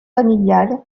familiales